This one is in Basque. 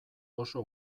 oso